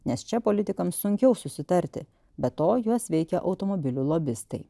nes čia politikams sunkiau susitarti be to juos veikia automobilių lobistai